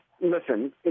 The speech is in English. Listen